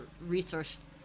resource